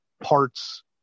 parts